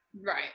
Right